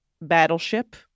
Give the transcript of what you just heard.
Battleship